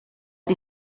die